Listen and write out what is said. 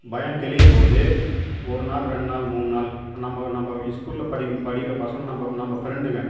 பயம் தெளியும் போது ஒரு நாள் ரெண்டு நாள் மூணு நாள் நம்ம நம்ம ஸ்கூல்ல படிக்கும் படிக்கிற பசங்க நம்ம நம்ம ஃப்ரெண்டுங்க